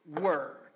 word